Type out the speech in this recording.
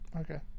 okay